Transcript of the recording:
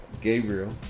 Gabriel